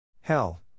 Hell